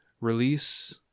release